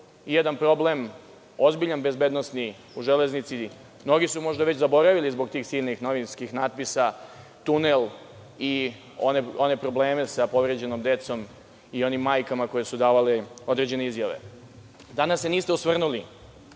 jedan problem, ozbiljan bezbednosni, u železnici. Mnogi su možda već zaboravili zbog tih silnih novinskih natpisa tunel i one probleme sa povređenom decom i onim majkama koje su davale određene izjave. Danas se niste osvrnuli.